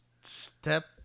step